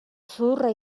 zuhurra